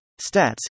stats